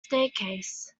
staircase